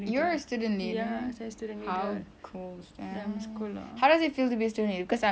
you're a student leader how cool is that how does it feel to be student leader cause I